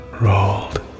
rolled